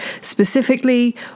specifically